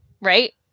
right